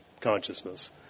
consciousness